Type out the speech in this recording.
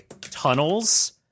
tunnels